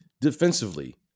defensively